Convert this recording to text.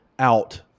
Out